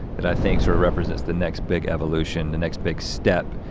that i think sort of represents the next big evolution, the next big step.